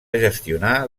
gestionar